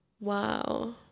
wow